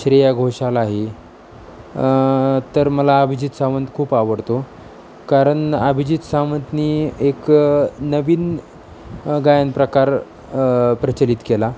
श्रेया घोषाल आहे तर मला अभिजित सावंत खूप आवडतो कारण अभिजित सावंतने एक नवीन गायन प्रकार प्रचलित केला